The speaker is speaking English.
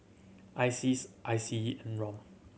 ISEAS I C E and ROM